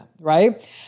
right